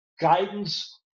guidance